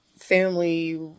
family